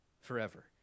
forever